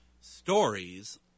stories